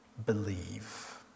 believe